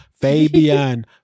Fabian